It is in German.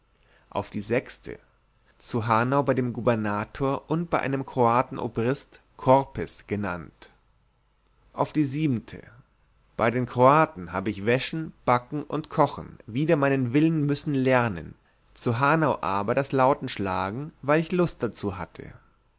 auf die sechste zu hanau bei dem gubernator und bei einem kroatenobrist corpes genannt auf die siebende bei den kroaten habe ich wäschen backen und kochen wider meinen willen müssen lernen zu hanau aber das lautenschlagen weil ich lust darzu hatte